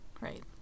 right